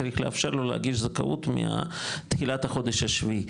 צריך לאפשר לו להגיש זכאות מתחילת החודש השביעי,